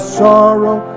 sorrow